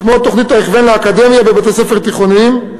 כמו תוכנית ההכוון לאקדמיה בבתי-ספר תיכוניים,